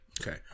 okay